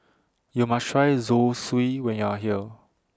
YOU must Try Zosui when YOU Are here